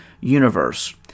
universe